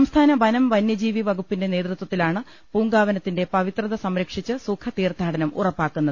സംസ്ഥാന വനം വന്യജീവി വകുപ്പിന്റെ നേതൃത്വിത്തിലാണ് പൂങ്കാവനത്തിന്റെ പവിത്രത സംരക്ഷിച്ച് സുഖ തീർത്ഥാടനം ഉറപ്പാക്കുന്നത്